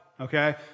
okay